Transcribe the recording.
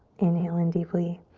inhale in deeply.